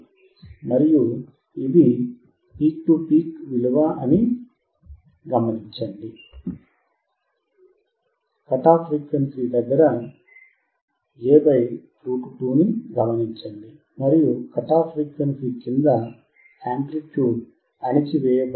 మరియు ఇది peak to peak విలువ అని గమనించండి కట్ ఆఫ్ ఫ్రీక్వెన్సీ దగ్గరA √2 ని గమనించవచ్చు మరియు కట్ ఆఫ్ ఫ్రీక్వెన్సీ క్రింద యాంప్లిట్యూడ్ అణచివేయబడిందని